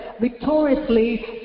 victoriously